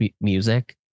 music